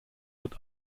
wird